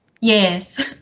Yes